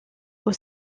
aux